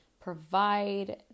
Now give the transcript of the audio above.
provide